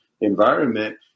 environment